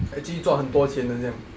actually 赚很多钱的这样